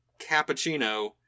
cappuccino